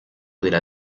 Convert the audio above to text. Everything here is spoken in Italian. della